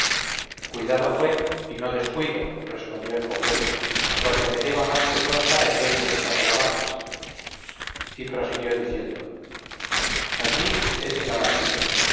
camarada cuidado fué y no descuido respondió el cojuelo porque me deba más que prosa el dueño destas alabanzas y prosiguió diciendo allí es el alamillo